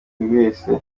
wese